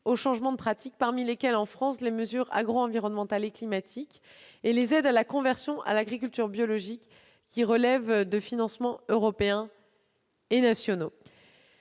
changement de pratiques. Ce sont notamment les mesures agroenvironnementales et climatiques, ainsi que les aides à la conversion à l'agriculture biologique, qui relèvent de financements européens et nationaux.